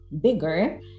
bigger